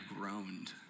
groaned